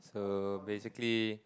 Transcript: so basically